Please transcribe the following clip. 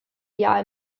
jahr